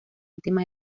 última